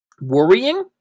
worrying